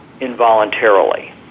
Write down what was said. involuntarily